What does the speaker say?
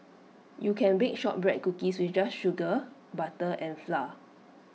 you can bake Shortbread Cookies with just sugar butter and flour